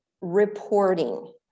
reporting